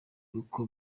uko